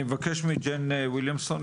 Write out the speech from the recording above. אני אבקש מג'יין וויליאמסון,